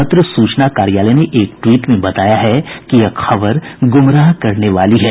पत्र सूचना कार्यालय ने एक ट्वीट में बताया है कि यह खबर गुमराह करने वाली है